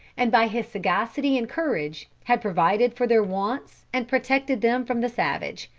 and by his sagacity and courage, had provided for their wants and protected them from the savage.